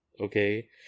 Okay